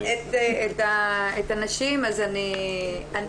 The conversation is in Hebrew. מאחר ואני מכירה את הנשים אז אני אשמור,